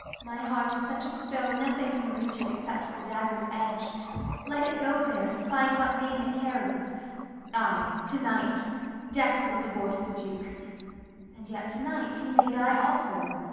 my heart is such a stone nothing can reach it except the dagger's edge let it go there, to find what name it carries ay! to-night death will divorce the duke and yet to-night he may die also,